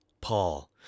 Paul